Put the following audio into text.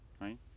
right